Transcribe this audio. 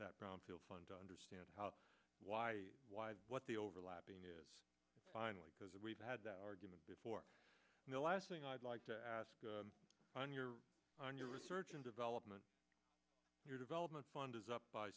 that brownfield fund to understand how why what the overlapping is finally because we've had that argument before and the last thing i'd like to ask when you're on your research and development your development fund is up by